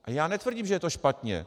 A já netvrdím, že je to špatně.